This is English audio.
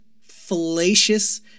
fallacious